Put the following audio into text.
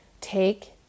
take